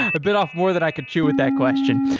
a bit off more than i could chew with that question.